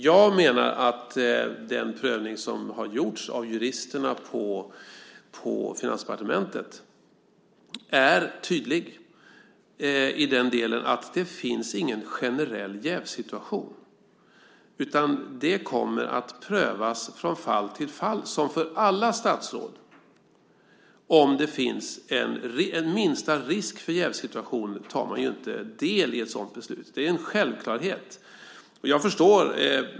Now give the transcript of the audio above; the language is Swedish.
Jag menar att den prövning som har gjorts av juristerna på Finansdepartementet är tydlig i den delen att det inte finns någon generell jävssituation, utan det kommer att prövas från fall till fall - som för alla statsråd. Om det finns minsta risk för en jävssituation deltar man inte i ett sådant beslut. Det är en självklarhet.